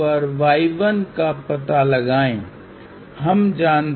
तो यदि आप इम्पीडेन्स में कुछ जोड़ना चाहते हैं तो आप क्या करते हैं आप श्रृंखला में तत्व जोड़ते हैं